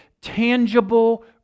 tangible